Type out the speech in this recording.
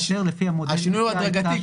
השינוי הוא הדרגתי,